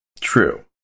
True